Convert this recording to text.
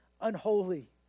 unholy